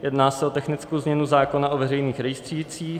Jedná se o technickou změnu zákona o veřejných rejstřících.